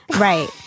right